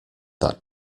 that